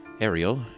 Ariel